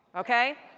okay?